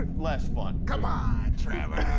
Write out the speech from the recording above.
less fun? come on, trevor.